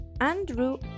Andrew